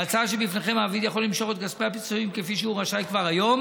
בהצעה שבפניכם מעביד יכול למשוך את כספי הפיצויים כפי שהוא רשאי היום